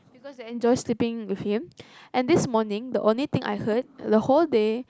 because they enjoy sleeping with him and this morning the only thing I heard the whole day